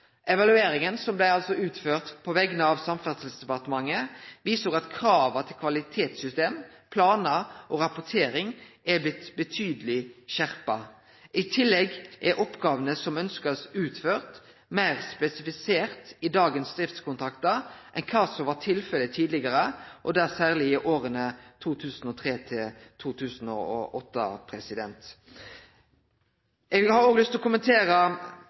Evalueringa, som blei utført på vegner av Samferdselsdepartementet, viser at krava til kvalitetssystem, planar og rapportering er blitt betydeleg skjerpa. I tillegg er oppgåvene som ein ønskjer å få utført, meir spesifiserte i dagens driftskontraktar enn det som var tilfellet tidlegare, og da særleg i åra 2003–2008. Eg har òg lyst til